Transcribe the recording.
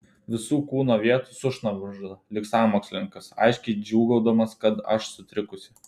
visų kūno vietų sušnabžda lyg sąmokslininkas aiškiai džiūgaudamas kad aš sutrikusi